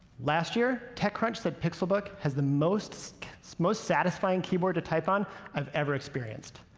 last year, techcrunch said pixelbook has the most so most satisfying keyboard to type on i've ever experienced.